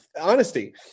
honesty